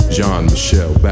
Jean-Michel